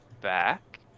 back